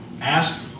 ask